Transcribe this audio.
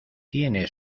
tiene